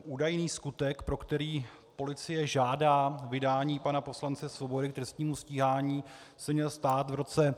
Údajný skutek, pro který policie žádá vydání pana poslance Svobody k trestnímu stíhání, se měl stát v roce 2012.